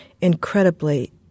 incredibly